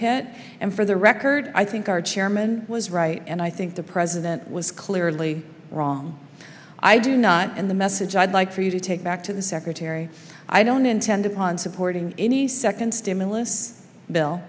hit and for the record i think our chairman was right and i think the president was clearly wrong i do not and the message i'd like for you to take back to the secretary i don't intend upon supporting any second stimulus bill